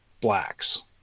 blacks